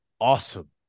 awesome